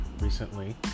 recently